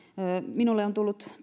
minulle on tullut